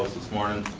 morning,